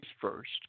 first